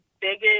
biggest